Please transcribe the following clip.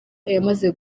yamaze